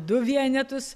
du vienetus